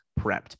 prepped